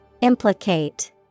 Implicate